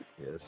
Yes